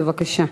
בבקשה.